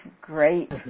great